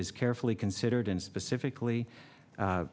is carefully considered and specifically